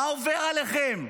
מה עובר עליכם?